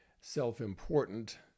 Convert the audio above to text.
self-important